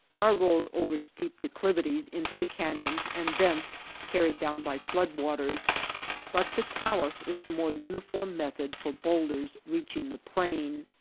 are rolled over steep declivities into the canyons and thence carried down by flood waters but the talus is the more uniform method for bowl ders reaching the plain.